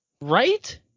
Right